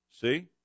See